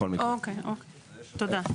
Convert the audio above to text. אוקיי, תודה.